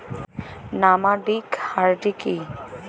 Nomadic herding কি?